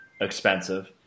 expensive